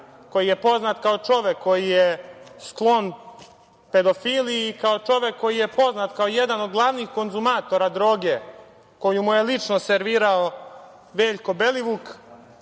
koji je poznat kao čovek koji je sklon pedofiliji i kao čovek koji je poznat kao jedan od glavnih konzumatora droge koju mu je lično servirao Veljko Belivuk,